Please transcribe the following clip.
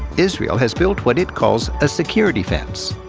israel has built what it calls a security fence,